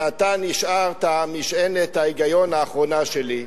ואתה נשארת משענת ההיגיון האחרונה שלי,